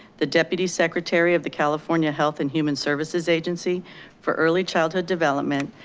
the deputy secretary of the california health and human services agency for early childhood development,